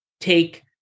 take